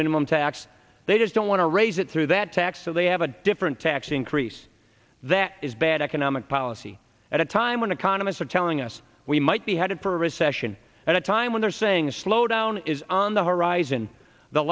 minimum tax they just don't want to raise it through that tax so they have a different tax increase that is bad economic policy at a time when economists are telling us we might be headed for a recession at a time when they're saying slowdown is on the horizon the